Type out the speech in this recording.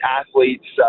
athletes